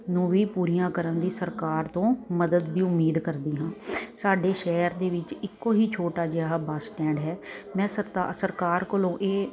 ਨੂੰ ਵੀ ਪੂਰੀਆਂ ਕਰਨ ਦੀ ਸਰਕਾਰ ਤੋਂ ਮਦਦ ਦੀ ਉਮੀਦ ਕਰਦੀ ਹਾਂ ਸਾਡੇ ਸ਼ਹਿਰ ਦੇ ਵਿੱਚ ਇੱਕੋ ਹੀ ਛੋਟਾ ਜਿਹਾ ਬੱਸ ਸਟੈਂਡ ਹੈ ਮੈਂ ਸਰਤਾ ਸਰਕਾਰ ਕੋਲੋਂ ਇਹ